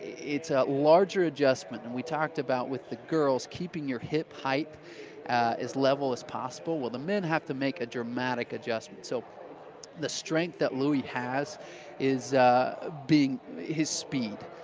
it's a larger adjustment. and we talked about with the girls keeping your hip height as level as possible. well, the men have to make a dramatic adjustment. so the strength that louis has is being his speed.